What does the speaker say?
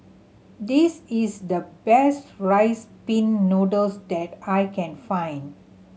this is the best Rice Pin Noodles that I can find